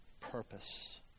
purpose